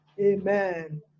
Amen